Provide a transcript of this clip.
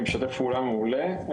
משתף פעולה מעולה.